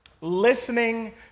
Listening